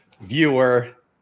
viewer